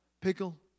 Pickle